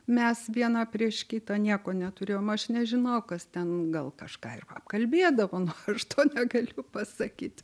mes viena prieš kitą nieko neturėjom aš nežinau kas ten gal kažką ir apkalbėdavo nu aš to ko negaliu pasakyt